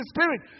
spirit